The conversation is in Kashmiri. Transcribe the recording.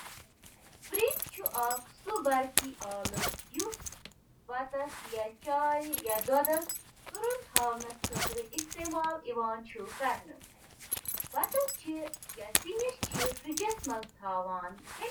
ڈش واشر چھِ اکھ یِژھ مِشیٖن یۄسہٕ ڈِشوار، کُک ویئر تہٕ کٹلری پٲنۍ پانے صاف کرنہٕ خٲطرٕ استعمال چھِ یِوان کرنہٕ۔ ڈش واشرٕچ بنیٲدی کٲم چھِ برتن، برتن، شیشہِ ہٕنٛدۍ سامان تہٕ